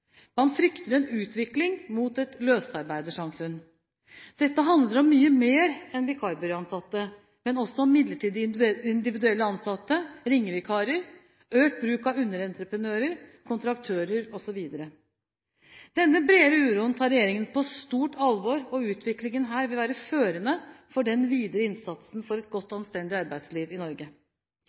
Man frykter en utvikling mot et løsarbeidersamfunn. Dette handler om mye mer enn vikarbyråansatte, men også om midlertidig individuelle ansatte, ringevikarer, økt bruk av underentreprenører, kontraktører osv. Denne bredere uroen tar regjeringen på stort alvor, og utviklingen her vil være førende for den videre innsatsen for et godt og anstendig arbeidsliv i Norge.